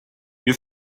you